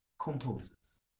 composers